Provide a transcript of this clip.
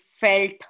felt